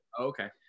Okay